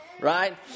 Right